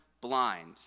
blind